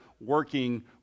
working